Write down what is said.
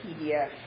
PDF